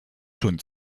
schon